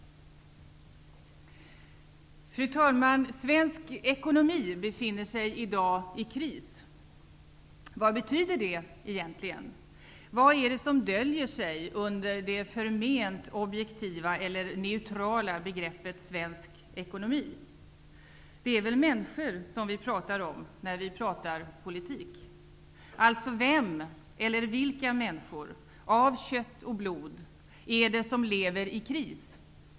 Fru talman! Svensk ekonomi befinner sig i dag i kris. Vad betyder det egentligen? Vad är det som döljer sig under det förment objektiva eller neutrala begreppet ''svensk ekonomi''? Det är väl människor vi pratar om när vi pratar politik? Alltså, vem eller vilka människor, av kött och blod, är det som lever i kris?